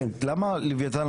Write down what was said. למה לווייתן,